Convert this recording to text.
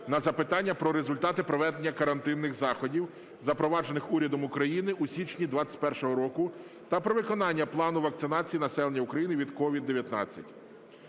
на запитання про результати проведення карантинних заходів, запроваджених урядом України у січні 2021 року, та про виконання плану вакцинації населення України від COVID-19.